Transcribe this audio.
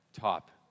top